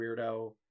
weirdo